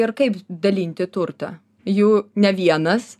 ir kaip dalinti turtą jų ne vienas